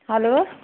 hello